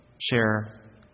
share